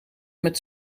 met